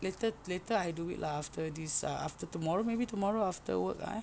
later later I do it lah after this ah after tomorrow maybe tomorrow after work ah eh